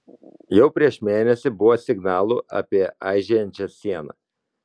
jau prieš mėnesį buvo signalų apie aižėjančią sieną